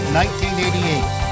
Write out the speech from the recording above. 1988